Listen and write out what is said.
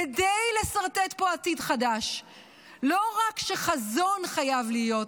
כדי לסרטט פה עתיד חדש לא רק שחייב להיות חזון,